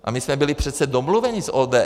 A my jsme byli přece domluveni s ODS.